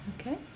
okay